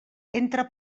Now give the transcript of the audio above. entra